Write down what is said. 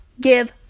give